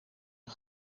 een